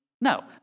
No